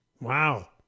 Wow